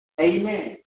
Amen